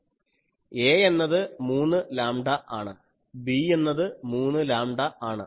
a എന്നത് 3 lambda ആണ് b എന്നത് 3 ലാംഡാ ആണ്